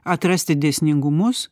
atrasti dėsningumus